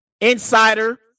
insider